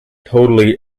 totally